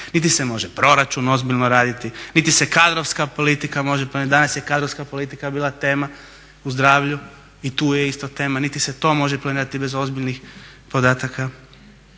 Niti se može proračun ozbiljno raditi, niti se kadrovska politika može promijeniti. Danas je kadrovska politika bila tema u zdravlju i tu je isto tema. Niti se to može planirati bez ozbiljnih podataka